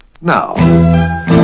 now